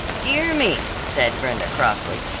dear me, said brenda crossly,